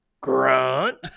Grunt